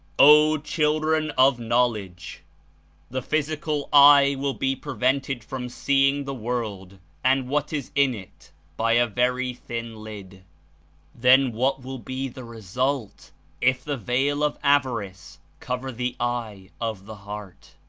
o children of knowledge the physical eye will be prevented from seeing the world and what is in it by a very thin lid then what will be the result if the veil of avarice cover the eye of the heart'.